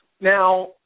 Now